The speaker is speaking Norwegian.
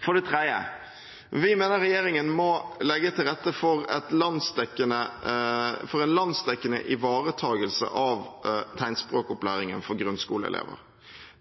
For det tredje: Vi mener regjeringen må legge til rette for en landsdekkende ivaretakelse av tegnspråkopplæringen for grunnskoleelever.